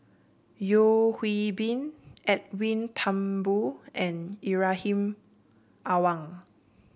Yeo Hwee Bin Edwin Thumboo and Ibrahim Awang